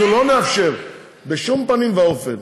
אנחנו לא נאפשר בשום פנים ואופן